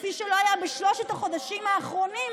כפי שלא היה בשלושת החודשים האחרונים,